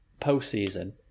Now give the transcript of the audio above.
postseason